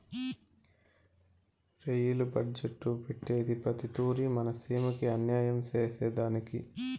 rail budget పెట్టేదే ప్రతి తూరి మన సీమకి అన్యాయం సేసెదానికి